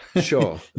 Sure